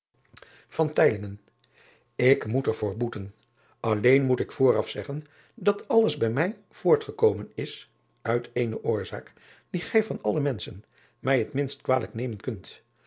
k moet er voor boeten lleen moet ik vooraf zeggen dat alles bij mij voortgekomen is uit eene oorzaak die gij van alle men driaan oosjes zn et leven van aurits ijnslager schen mij het minst kwalijk nemen